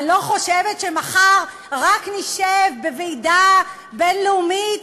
אני לא חושבת שמחר רק נשב בוועידה בין-לאומית,